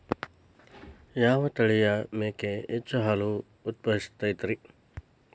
ಯಾವ ತಳಿಯ ಮೇಕೆ ಹೆಚ್ಚು ಹಾಲು ಉತ್ಪಾದಿಸತೈತ್ರಿ?